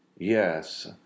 Yes